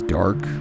dark